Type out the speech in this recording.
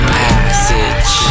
passage